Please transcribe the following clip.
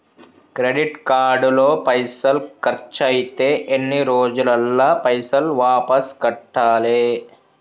Credit card లో పైసల్ ఖర్చయితే ఎన్ని రోజులల్ల పైసల్ వాపస్ కట్టాలే?